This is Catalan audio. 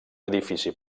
edifici